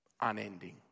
unending